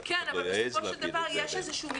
ואף אחד לא יעז להפיל את זה עליהם.